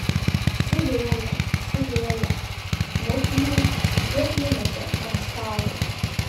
suvėlė suvėlė mutinį ir numetė ant stalo